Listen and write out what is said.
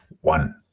one